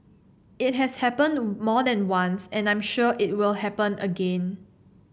it has happened more than once and I'm sure it will happen again